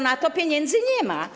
Na to pieniędzy nie ma.